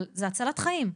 אבל זה הצלחת חיים'.